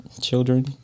children